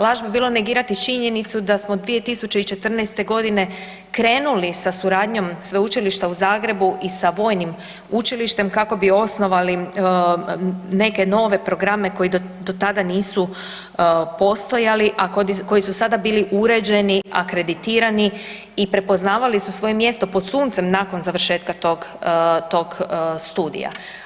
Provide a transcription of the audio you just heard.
Laž bi bilo negirati činjenicu da smo 2014.g. krenuli sa suradnjom Sveučilišta u Zagrebu i sa vojnim učilištem kako bi osnovali neke nove programe koji do tada nisu postojali, a koji su sada bili uređeni, akreditirani i prepoznavali su svoje mjesto pod suncem nakon završetka tog, tog studija.